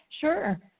Sure